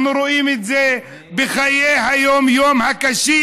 אנחנו רואים את זה בחיי היום-יום הקשים,